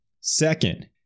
Second